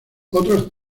otros